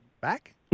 back